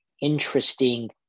interesting